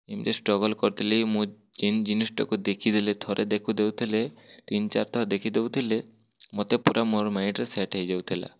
ଏମିତି ଷ୍ଟ୍ରଗଲ୍ କରିଥିଲି ମୁଁ ଯିନ୍ ଜିନିଷଟାକୁ ଦେଖି ଦେଲେ ଥରେ ଦେଖୁ ଦଉ ଥିଲେ ତିନ୍ ଚାରିଟା ଦେଖି ଦଉଥିଲେ ମତେ ପୁରା ମୋ ମାଇଣ୍ଡ୍ର ସେଟ୍ ହୋଇଯାଉ ଥିଲା